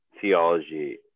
theology